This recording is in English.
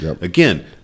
Again